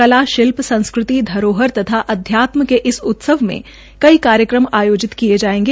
कला शिल्पसंस्कृति धरोहर तथा अध्यात्म के इस उत्सव में कई कार्यक्रम आयोजित किए जाएंगे